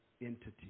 entity